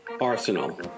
arsenal